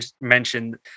mentioned